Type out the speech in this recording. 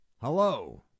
Hello